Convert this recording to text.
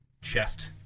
chest